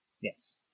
Yes